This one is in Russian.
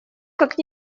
как